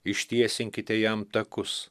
ištiesinkite jam takus